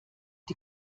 die